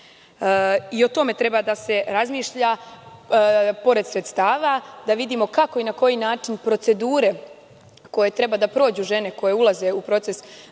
O tome treba da se razmišlja, pored sredstava, da vidimo kako i na koji način procedure koje treba da prođu žene koje ulaze u proces veštačke